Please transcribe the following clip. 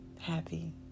happy